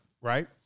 right